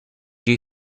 you